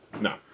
No